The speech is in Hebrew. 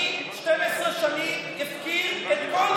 יואב, מי 12 שנים הפקיר את כל אוכלוסיית הנגב?